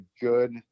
good